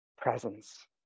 presence